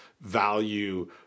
value